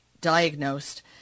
diagnosed